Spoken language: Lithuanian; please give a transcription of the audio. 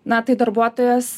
na tai darbuotojas